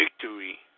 victory